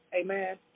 Amen